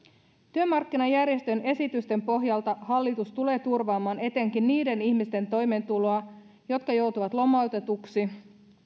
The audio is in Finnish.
työmarkkinajärjestöjen esitysten pohjalta hallitus tulee turvaamaan etenkin niiden ihmisten toimeentuloa jotka joutuvat lomautetuksi